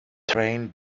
train